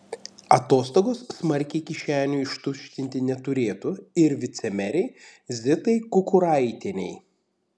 atostogos smarkiai kišenių ištuštinti neturėtų ir vicemerei zitai kukuraitienei